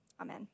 Amen